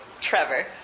Trevor